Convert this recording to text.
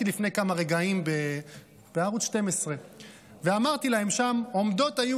הייתי לפני כמה רגעים בערוץ 12 ואמרתי להם שם: "עֹמְדות היו